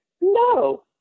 no